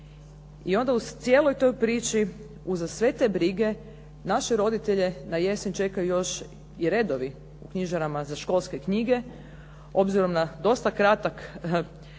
i onda u cijeloj toj priči uza sve te brige naše roditelje čekaju još i redovi u knjižarama za školske knjige. Obzirom na dosta kratak